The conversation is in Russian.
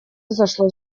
зашло